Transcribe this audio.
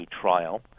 trial